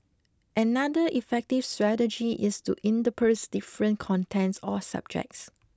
another effective strategy is to intersperse different contents or subjects